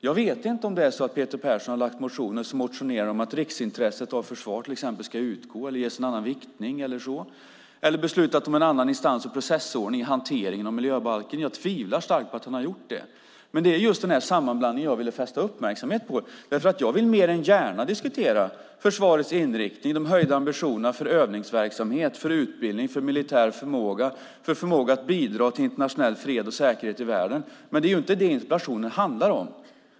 Jag vet inte om Peter Persson har väckt motioner där han motionerar om att riksintresset av försvar, till exempel, ska utgå, ges en annan riktning eller något sådant. Jag vet inte om han har motionerat om ett beslut om en annan instans och processordning i hanteringen av miljöbalken. Jag tvivlar starkt på att han har gjort det. Det är just denna sammanblandning som jag ville fästa uppmärksamhet på. Jag vill mer än gärna diskutera försvarets inriktning, de höjda ambitionerna för övningsverksamhet, för utbildning, för militär förmåga och för förmåga att bidra till internationell fred och säkerhet i världen. Men det är inte det interpellationen handlar om.